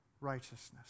righteousness